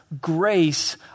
grace